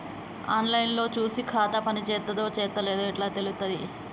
On line లో చూసి ఖాతా పనిచేత్తందో చేత్తలేదో ఎట్లా తెలుత్తది?